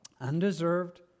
Undeserved